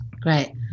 Great